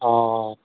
অঁ